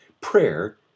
prayer